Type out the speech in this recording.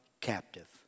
captive